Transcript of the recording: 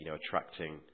attracting